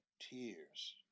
tears